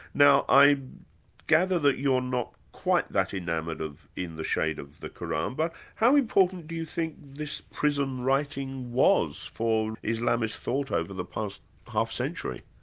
now i gather that you're not quite that enamoured of in the shade of the qur'an, but how important do you think this prism writing was for islamist thought over the past half-century?